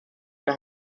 mehr